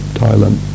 Thailand